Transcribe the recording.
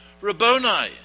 Rabboni